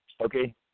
okay